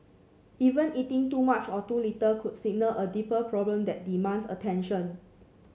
even eating too much or too little could signal a deeper problem that demands attention